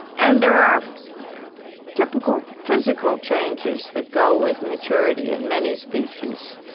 and there are typical physical changes that go with maturity, in many species,